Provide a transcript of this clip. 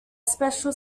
special